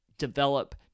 develop